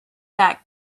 back